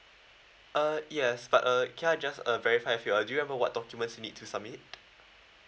uh yes but uh can I just uh verify with you ah do you know what documents you need to submit